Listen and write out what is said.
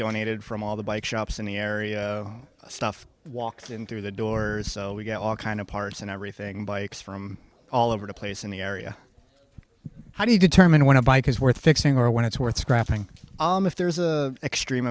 donated from all the bike shops in the area stuff walked in through the doors so we get all kind of parts and everything bikes from all over the place in the area how do you determine when a bike is worth fixing or when it's worth scrapping if there's a extreme